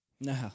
No